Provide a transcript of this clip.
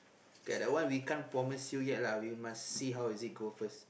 that one we can't promise you yet lah we must see how is it go first